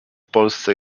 polsce